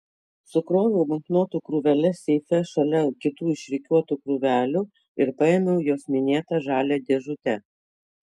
sukroviau banknotų krūveles seife šalia kitų išrikiuotų krūvelių ir paėmiau jos minėtą žalią dėžutę